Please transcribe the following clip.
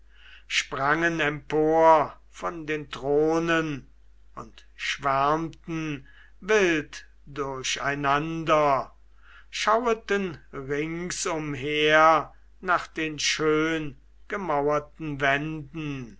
sprangen empor von den thronen und schwärmten wild durcheinander schaueten ringsumher nach den schöngemauerten wänden